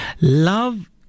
Love